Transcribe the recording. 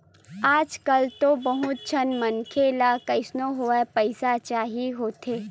आजकल तो बहुत झन मनखे ल कइसनो होवय पइसा चाही होथे